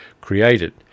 created